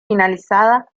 finalizada